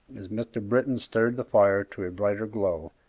as mr. britton stirred the fire to a brighter glow,